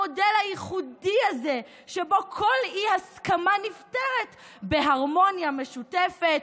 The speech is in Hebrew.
המודל הייחודי הזה שבו כל אי-הסכמה נפתרת בהרמוניה משותפת,